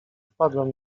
wpadłem